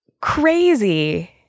crazy